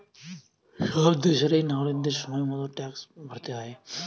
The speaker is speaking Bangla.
সব দেশেরই নাগরিকদের সময় মতো ট্যাক্স ভরতে হয়